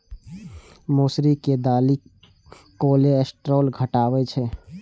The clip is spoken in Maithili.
मौसरी के दालि कोलेस्ट्रॉल घटाबै छै